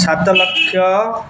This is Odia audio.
ସାତ ଲକ୍ଷ